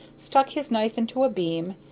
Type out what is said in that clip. stuck his knife into a beam,